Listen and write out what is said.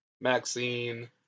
Maxine